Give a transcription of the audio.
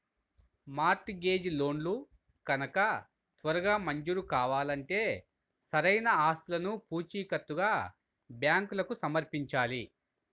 mart gauge లోన్లు గనక త్వరగా మంజూరు కావాలంటే సరైన ఆస్తులను పూచీకత్తుగా బ్యాంకులకు సమర్పించాలి